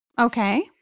Okay